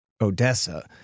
Odessa